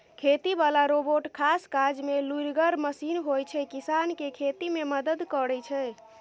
खेती बला रोबोट खास काजमे लुरिगर मशीन होइ छै किसानकेँ खेती मे मदद करय छै